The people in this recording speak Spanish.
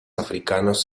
africanos